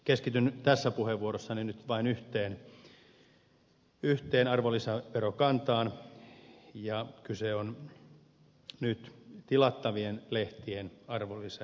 keskityn tässä puheenvuorossani nyt vain yhteen arvonlisäverokantaan ja kyse on tilattavien lehtien arvonlisäverosta